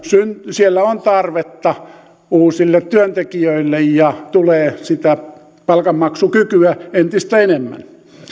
siellä on tarvetta uusille työntekijöille ja tulee sitä palkanmaksukykyä entistä enemmän